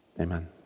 amen